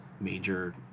major